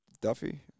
Duffy